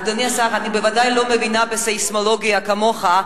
אדוני השר, אני בוודאי לא מבינה בסיסמולוגיה כמוך,